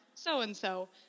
so-and-so